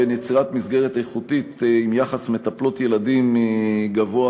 בין יצירת מסגרת איכותית עם יחס מטפלות ילדים גבוה,